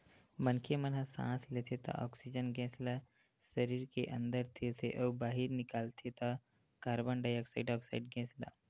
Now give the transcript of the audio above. मनखे मन ह सांस लेथे त ऑक्सीजन गेस ल सरीर के अंदर तीरथे अउ बाहिर निकालथे त कारबन डाईऑक्साइड ऑक्साइड गेस ल